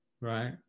right